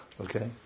Okay